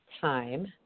time